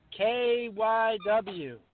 KYW